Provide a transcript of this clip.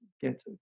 get